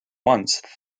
once